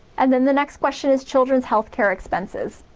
and then the next question is children's health care expenses.